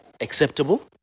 acceptable